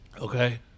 Okay